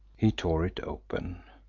he tore it open